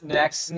next